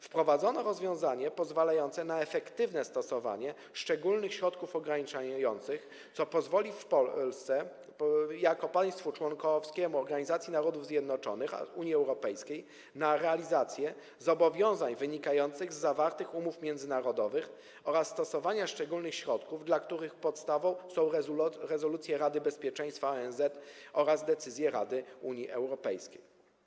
Wprowadzono rozwiązania pozwalające na efektywne stosowanie szczególnych środków ograniczających, co pozwoli Polsce jako państwu członkowskiemu Organizacji Narodów Zjednoczonych oraz Unii Europejskiej na realizację zobowiązań wynikających z zawartych umów międzynarodowych oraz stosowania szczególnych środków, dla których podstawą są rezolucje Rady Bezpieczeństwa ONZ oraz decyzje Rady Unii Europejskiej.